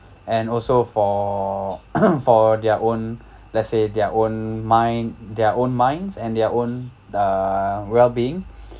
and also for for their own let's say their own mind their own minds and their own uh wellbeing